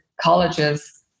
colleges